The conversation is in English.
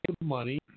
money